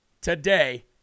today